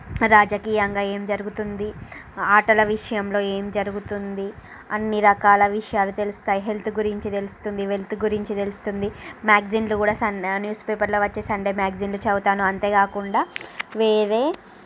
రాజకీయంగా ఏం జరుగుతుంది ఆటల విషయములో ఏం జరుగుతుంది అన్నీ రకాల విషయాలు తెలుస్తాయి హెల్త్ గురించి తెలుస్తుంది వెల్త్ గురించి తెలుస్తుంది మ్యాగ్జీన్లు కూడా సండే న్యూస్ పేపర్లో వచ్చి సండే మ్యాగ్జీన్లు చదవుతాను అంతే కాకుండా వేరే